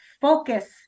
focus